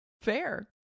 fair